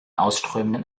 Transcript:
ausströmenden